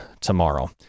tomorrow